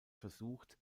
versucht